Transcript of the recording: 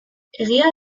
egia